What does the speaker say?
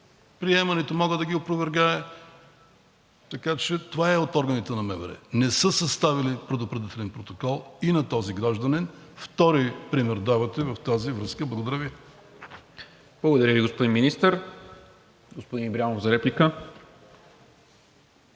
приема, нито мога да ги опровергая, така че това е от органите на МВР: не са съставили предупредителен протокол и на този гражданин. Втори пример давате в тази връзка. Благодаря Ви. ПРЕДСЕДАТЕЛ НИКОЛА МИНЧЕВ: Благодаря Ви, господин Министър. Господин Ибрямов, за реплика?